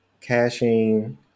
caching